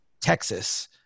Texas